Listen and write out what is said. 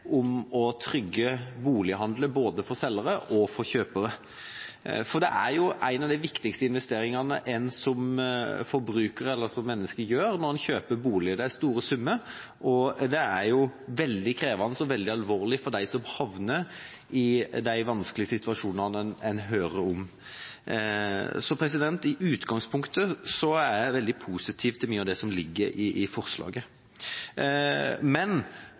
om tryggere bolighandel, både for selgere og for kjøpere. For det å kjøpe bolig er jo en av de viktigste investeringene en gjør som forbruker, eller som menneske. Det er store summer, og det er jo veldig krevende og veldig alvorlig for dem som havner i de vanskelige situasjonene som en hører om. Så i utgangspunktet er jeg veldig positiv til mye av det som ligger i forslaget, men